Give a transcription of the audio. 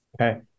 Okay